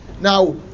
Now